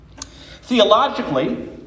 Theologically